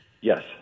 Yes